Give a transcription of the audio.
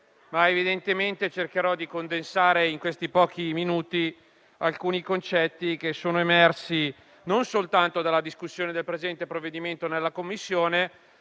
tematiche, ma cercherò di condensare in pochi minuti alcuni concetti che sono emersi non soltanto dalla discussione del presente provvedimento in Commissione,